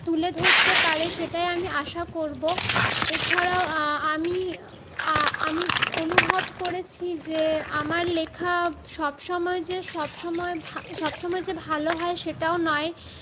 তুলে ধরতে পারে সেটাই আমি আশা করবো এছাড়াও আমি আমি অনুভব করেছি যে আমার লেখা সবসময় যে সবসময় সবসময় যে ভালো হয় সেটাও নয়